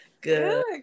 Good